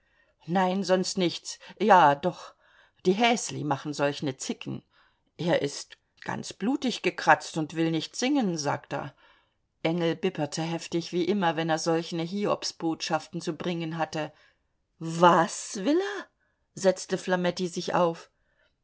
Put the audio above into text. nein sonst nichts ja doch die häsli machen solchene zicken er ist ganz blutig gekratzt und er will nicht singen sagt er engel bibberte heftig wie immer wenn er solchene hiobsposten zu bringen hatte was will er setzte flametti sich auf